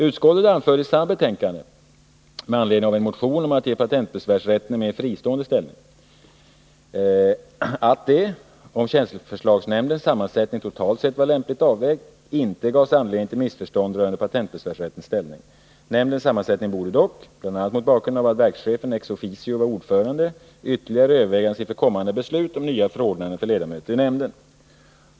Utskottet anförde i samma betänkande — med anledning av en motion om att ge patentbesvärsrätten en mer fristående ställning — att det, om tjänsteförslagsnämndens sammansättning totalt sett var lämpligt avvägd, inte gavs anledning till missförstånd rörande patentbesvärsrättens ställning. Nämndens sammansättning borde dock, bl.a. mot bakgrund av att verkschefen ex officio var ordförande, ytterligare övervägas inför kommande beslut om nya förordnanden för ledamöter i nämnden.